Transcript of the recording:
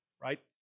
right